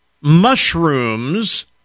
mushrooms